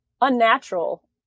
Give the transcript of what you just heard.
unnatural